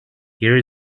here